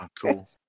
Cool